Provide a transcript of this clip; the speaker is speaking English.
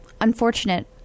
unfortunate